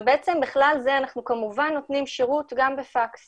בכלל זה אנחנו כמובן נותנים שירות גם בפקס